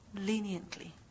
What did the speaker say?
Leniently